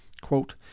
Quote